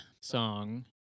song